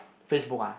FaceBook ah